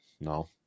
No